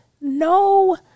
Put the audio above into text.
no